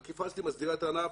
האכיפה הזאת מסדירה את הענף,